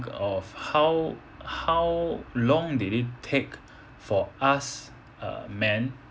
of how how long did it take for us uh man